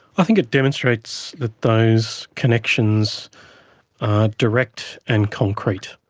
i think it demonstrates that those connections are direct and concrete.